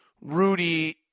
Rudy